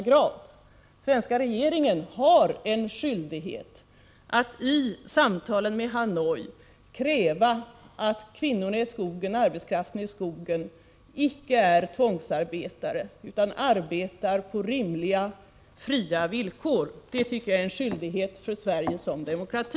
Den svenska regeringen har en skyldighet att i samtalen med regeringen i Hanoi kräva att arbetskraften i skogen icke är tvångsarbetare utan arbetar på rimliga, fria villkor. Det är en skyldighet för Sverige som demokrati.